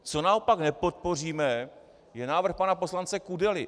Co naopak nepodpoříme, je návrh pana poslance Kudely.